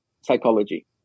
psychology